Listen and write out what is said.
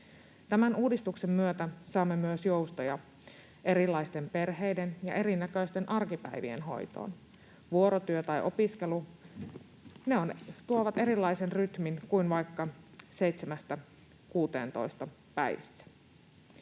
Tämän uudistuksen myötä saamme myös joustoja erilaisten perheiden ja erinäköisten arkipäivien hoitoon. Vuorotyö tai opiskelu tuovat erilaisen rytmin kuin vaikka 7:stä